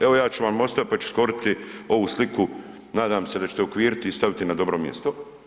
Evo, ja ću vam ostavit, pa ću skoriti ovu sliku, nadam se da ćete uokviriti i staviti na dobro mjesto